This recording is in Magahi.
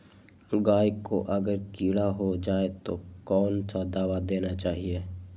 गाय को अगर कीड़ा हो जाय तो कौन सा दवा देना चाहिए?